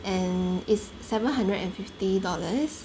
and it's seven hundred and fifty dollars